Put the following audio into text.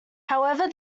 however